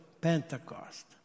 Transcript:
Pentecost